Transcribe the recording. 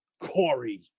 Corey